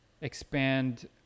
expand